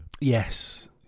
Yes